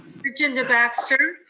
virginia baxter.